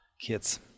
kids